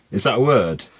is that a word?